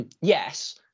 yes